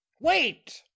wait